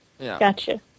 Gotcha